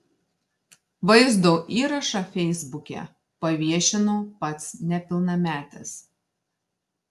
vaizdo įrašą feisbuke paviešino pats nepilnametis